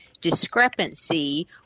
discrepancy